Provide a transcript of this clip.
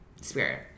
spirit